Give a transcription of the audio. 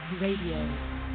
Radio